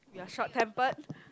a short tempered